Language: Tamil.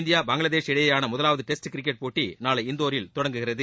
இந்தியா பங்களாதேஷ் இடையேயான முதலாவது டெஸ்ட் கிரிக்கெட் போட்டி நாளை இந்தோரில் தொடங்குகிறது